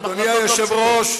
היושב-ראש,